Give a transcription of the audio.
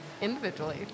individually